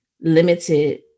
limited